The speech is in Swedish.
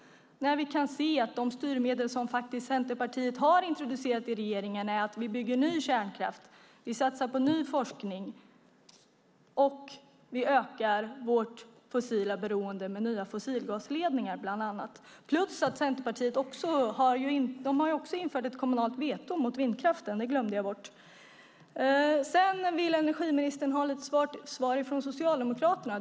Vi kan se att de styrmedel som Centerpartiet har introducerat i regeringen är att vi bygger ny kärnkraft, satsar på ny forskning och ökar vårt fossila beroende med nya fossilgasledningar bland annat plus att man har infört kommunalt veto mot vindkraften - det glömde jag bort tidigare. Energiministern vill ha en del svar från Socialdemokraterna.